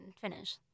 finish